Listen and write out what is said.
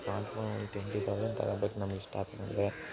smart phone ಒಂದು twenty thousand ತಗೋಬೇಕ್ ನಮ್ಗೆ ಇಷ್ಟಪಡೋಂಗೆ